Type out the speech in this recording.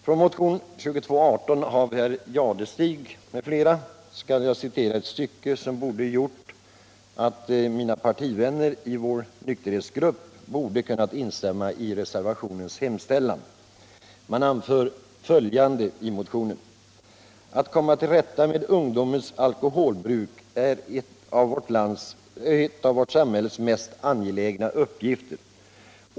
Från motion 2218 av herr Jadestig m.fl. skall jag citera ett stycke som borde ha gjort att mina partivänner i vår nykterhetsgrupp kunnat instämma i reservationens hemställan. Man anför följande: ”Att komma till rätta med ungdomens alkoholbruk är en av vårt samhälles mest angelägna uppgifter.